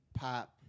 pop